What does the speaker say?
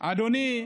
אדוני,